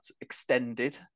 extended